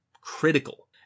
critical